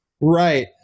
Right